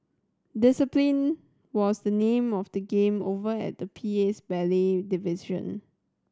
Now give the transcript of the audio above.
discipline was the name of the game over at the P A's ballet division